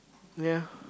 ya